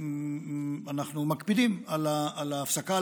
אנחנו מקפידים על ההפסקה,